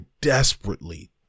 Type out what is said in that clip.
desperately